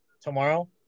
tomorrow